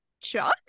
Chuck